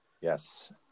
Yes